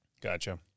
Gotcha